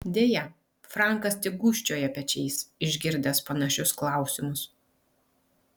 deja frankas tik gūžčioja pečiais išgirdęs panašius klausimus